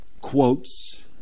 quotes